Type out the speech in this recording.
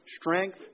strength